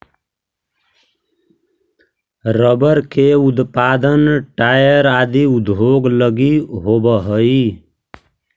rubber के उत्पादन tyre आदि उद्योग लगी होवऽ हइ